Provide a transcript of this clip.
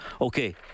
Okay